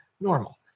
normal